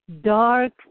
dark